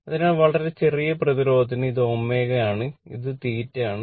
അതിനാൽ വളരെ ചെറിയ പ്രതിരോധത്തിന് ഇത് ω ആണ് ഇത് θ ആണ്